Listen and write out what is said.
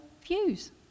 views